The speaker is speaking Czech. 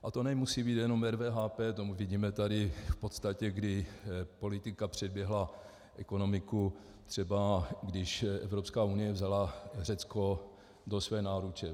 A to nemusí být jenom RVHP, to my vidíme tady v podstatě, kdy politika předběhla ekonomiku, třeba když Evropská unie vzala Řecko do své náruče.